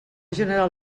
general